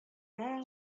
булып